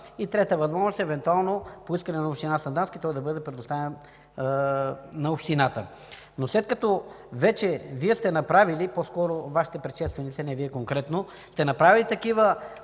Третата възможност е евентуално по искане на община Сандански той да бъде представен на общината. След като Вие сте направили – по-скоро Вашите предшественици, а не Вие конкретно – такива